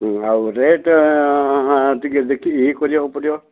ଆଉ ରେଟ୍ ଟିକେ ଦେଖିକି ଇଏ କରିବାକୁ ପଡ଼ିବ